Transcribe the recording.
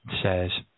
says